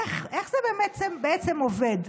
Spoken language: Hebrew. איך זה בעצם עובד?